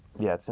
yeah,